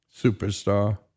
Superstar